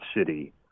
city